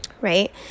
right